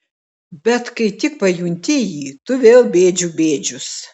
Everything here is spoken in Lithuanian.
bet kai tik pajunti jį tu vėl bėdžių bėdžius